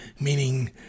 meaning